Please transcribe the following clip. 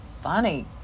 funny